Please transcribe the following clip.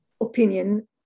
opinion